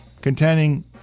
containing